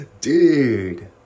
Dude